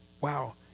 Wow